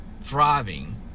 thriving